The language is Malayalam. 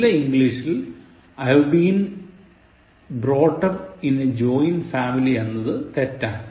നല്ല ഇംഗ്ലീഷിൽ I've been brought up in a joint family എന്നത് തെറ്റാണ്